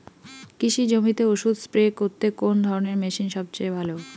কৃষি জমিতে ওষুধ স্প্রে করতে কোন ধরণের মেশিন সবচেয়ে ভালো?